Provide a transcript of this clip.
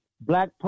black